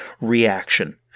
reaction